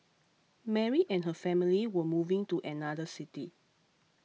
Mary and her family were moving to another city